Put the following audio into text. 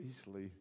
easily